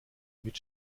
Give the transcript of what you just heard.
mit